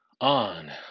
on